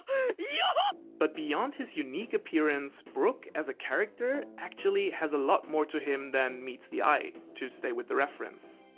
yeah ah but beyond his unique appearance, brook as a character actually has a lot more to him than meets the eye, to stay with the reference.